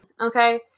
Okay